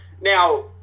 Now